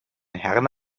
herne